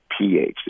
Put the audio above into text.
pH